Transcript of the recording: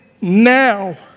now